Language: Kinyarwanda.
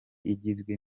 igizwe